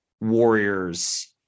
warriors